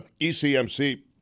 ECMC